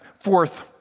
fourth